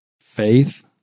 faith